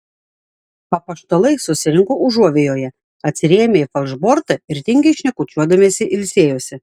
apaštalai susirinko užuovėjoje atsirėmę į falšbortą ir tingiai šnekučiuodamiesi ilsėjosi